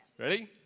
Ready